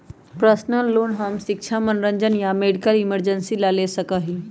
personal loan हम शिक्षा मनोरंजन या मेडिकल इमरजेंसी ला ले सका ही